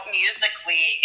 musically